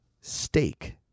steak